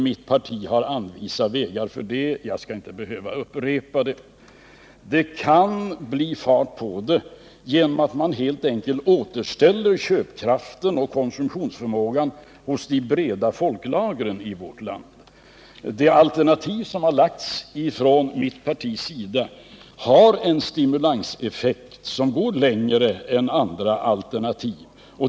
Mitt parti har anvisat vägar för detta — jag skall inte upprepa det. Det kan bli fart på investeringslusten genom att man helt enkelt återställer köpkraften och konsumtionsförmågan hos de breda folklagren i vårt land. De alternativ som har lagts fram från vårt parti har en stimulanseffekt som går längre än andra alternativs.